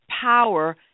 power